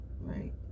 Right